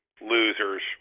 losers